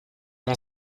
mon